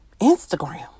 Instagram